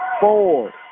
four